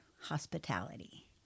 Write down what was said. hospitality